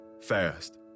Fast